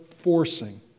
forcing